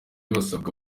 basaba